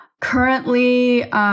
Currently